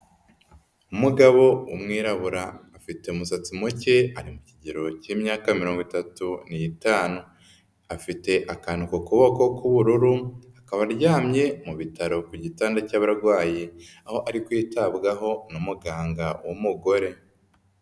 Umugabo w'umwirabura afite umusatsi muke ari mu kigero cy'imyaka mirongo itatu n'itanu, afite akantu ku kuboko k'ubururu akaba aryamye mu bitaro ku gitanda cy'abarwayi, aho ari kwitabwaho n'umuganga w'umugore.